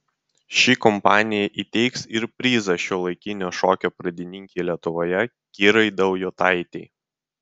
ši kompanija įteiks ir prizą šiuolaikinio šokio pradininkei lietuvoje kirai daujotaitei